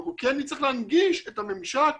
אנחנו כן נצטרך להנגיש את הממשק